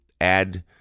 add